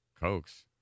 Cokes